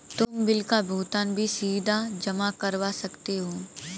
तुम बिल का भुगतान भी सीधा जमा करवा सकते हो